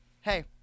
hey